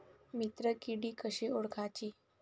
मित्र किडी कशी ओळखाची?